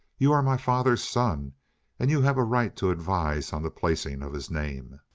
you are my father's son and you have a right to advise on the placing of his name.